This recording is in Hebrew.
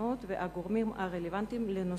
השונות והגורמים הרלוונטיים לנושא,